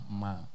man